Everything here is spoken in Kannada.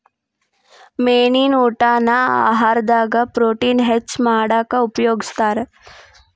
ಮೇನಿನ ಊಟಾನ ಆಹಾರದಾಗ ಪ್ರೊಟೇನ್ ಹೆಚ್ಚ್ ಮಾಡಾಕ ಉಪಯೋಗಸ್ತಾರ